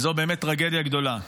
וזו באמת טרגדיה גדולה,